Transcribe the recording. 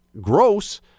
gross